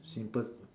simple